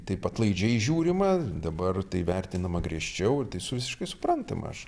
taip atlaidžiai žiūrima dabar tai vertinama griežčiau ir tai visiškai suprantama aš